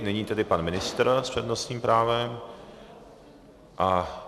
Nyní tedy pan ministr s přednostním právem.